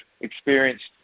experienced